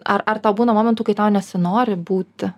ar ar tau būna momentų kai tau nesinori būti